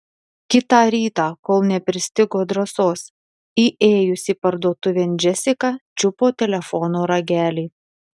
kitą rytą kol nepristigo drąsos įėjusi parduotuvėn džesika čiupo telefono ragelį